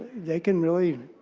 they can really,